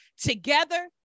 together